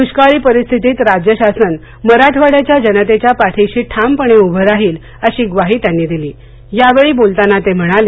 दुष्काळी परिस्थितीत राज्य शासन मराठवाड्याच्या जनतेच्या पाठीशी ठामपणे उभं राहील अशी ग्वाही त्यांनी दिली यावेळी बोलताना ते म्हणाले